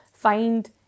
find